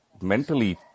mentally